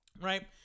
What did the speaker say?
right